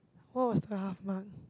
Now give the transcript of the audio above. what was the half month